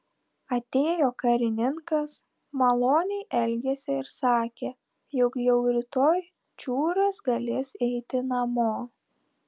atėjo karininkas maloniai elgėsi ir sakė jog jau rytoj čiūras galės eiti namo